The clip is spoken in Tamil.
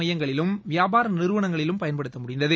மையங்களிலும் வியாபார நிறுவனங்களிலும் பயன்படுத்த முடிந்தது